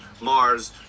mars